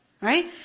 Right